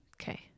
okay